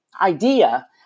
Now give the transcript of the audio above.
idea